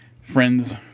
friends